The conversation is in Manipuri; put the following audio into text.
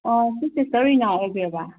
ꯑꯥ ꯁꯤꯁꯦ ꯁꯤꯁꯇꯔ ꯔꯤꯅꯥ ꯏꯕꯤꯔꯕ